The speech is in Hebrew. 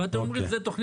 בדיוק,